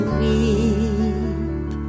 weep